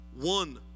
One